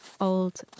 old